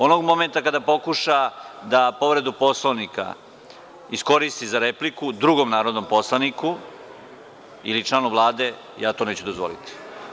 Onog momenta kada pokuša da povredu Poslovnika iskoristi za repliku drugom narodnom poslaniku ili članu Vlade, ja to neću dozvoliti.